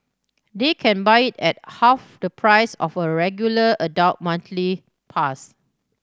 they can buy it at half the price of the regular adult monthly pass